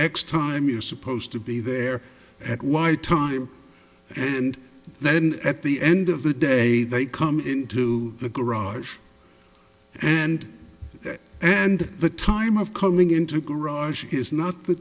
x time you're supposed to be there at y time and then at the end of the day they come into the garage and that and the time of coming into the garage is not the